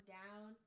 down